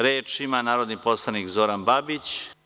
Reč ima narodni poslanik Zoran Babić.